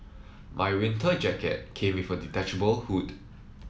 my winter jacket came with a detachable hood